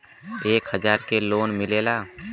एक हजार के लोन मिलेला?